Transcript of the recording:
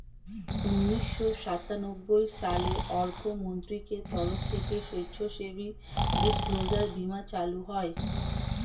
উন্নিশো সাতানব্বই সালে অর্থমন্ত্রকের তরফ থেকে স্বেচ্ছাসেবী ডিসক্লোজার বীমা চালু হয়